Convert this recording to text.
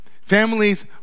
Families